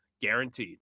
guaranteed